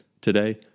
Today